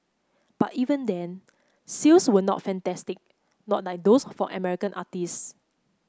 but even then sales were not fantastic not like those for American artistes